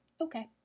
okay